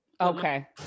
Okay